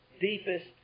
deepest